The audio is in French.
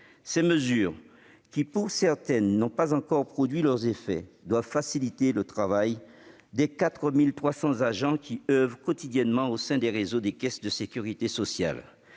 Ces mesures, dont certaines n'ont pas encore produit leurs effets, doivent faciliter le travail des 4 300 agents qui oeuvrent quotidiennement au sein des réseaux des caisses de sécurité sociale.